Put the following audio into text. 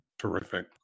Terrific